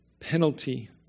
penalty